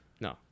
No